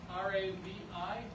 R-A-V-I